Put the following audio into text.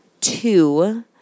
two